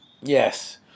Yes